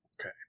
Okay